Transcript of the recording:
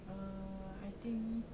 err I think